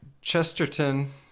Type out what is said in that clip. Chesterton